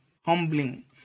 humbling